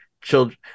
children